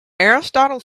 aristotle